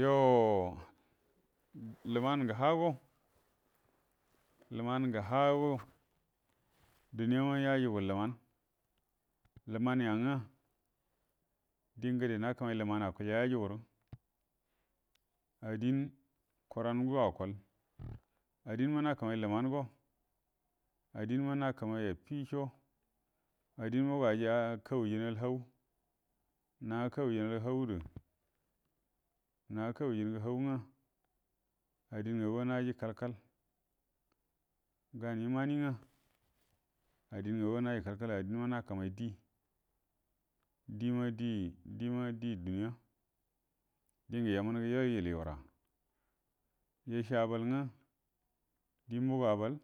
Yuoo ləman ngə ha’go, ləman gə ha’go, duniyama yajugu ləman, ləman yagwə, diengəde na kə mau ləman akuəlja yajuguruə, adin, kuran guəro akuəl, adin ma nakəmay leman, adinma nakəmay atico, adinma go aji kawujin gəal hau, na kawujin gə hau gərə na kawu jin gə nau ngwə adin ngagu naji kalkal, gan yamani ngwə, adin ngagu naji kalkal, adinma nakəmay die diema, diema duniya, diengə yəmənəgə yuo yəlyu gəra, yace abal ngwə diemaga abab